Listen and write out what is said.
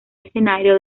escenario